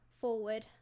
forward